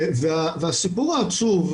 הסיפור העצוב,